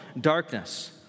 darkness